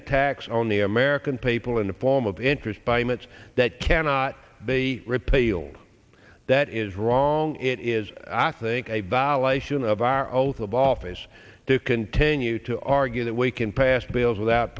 tax on the american people in the form of interest by myths that cannot be repealed that is wrong it is i think a violation of our oath of office to continue to argue that we can pass bills without